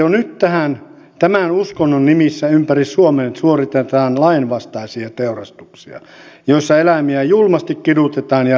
epäilen että jo nyt tämän uskonnon nimissä ympäri suomen suoritetaan lainvastaisia teurastuksia joissa eläimiä julmasti kidutetaan ja rääkätään